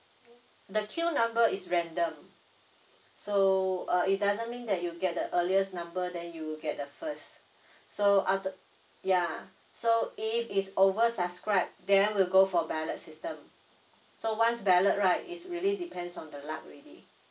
the queue number is random so uh it doesn't mean that you'll get the earliest number then you'll get the first so out yeah so if it's over subscribe then will go for ballot system so once ballot right is really depends on the luck already